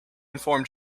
inform